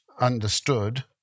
understood